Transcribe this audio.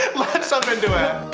let's jump into it.